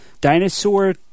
Dinosaur